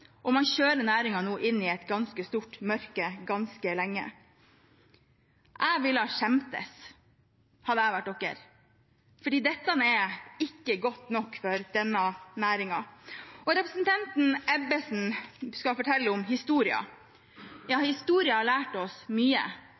og man kjører nå næringen inn i et ganske stort mørke ganske lenge. Jeg ville ha skjemtes, hadde jeg vært dere, for dette er ikke godt nok for denne næringen. Representanten Ebbesen skal fortelle om historien. Ja, historien har lært oss mye,